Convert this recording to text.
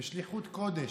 בשליחות קודש,